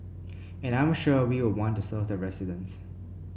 and I'm sure we'll want to serve the residents